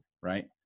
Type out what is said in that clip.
right